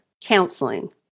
counseling